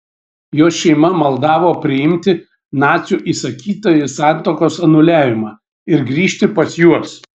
jos šeima maldavo priimti nacių įsakytąjį santuokos anuliavimą ir grįžti pas juos